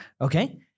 Okay